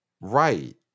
Right